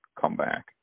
comeback